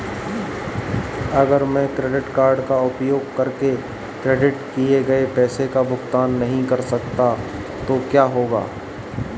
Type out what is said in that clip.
अगर मैं credit card का उपयोग करके क्रेडिट किए गए पैसे का भुगतान नहीं कर सकता तो क्या होगा?